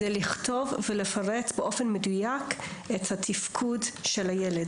וזה לכתוב ולפרט באופן מדויק את תפקוד הילד.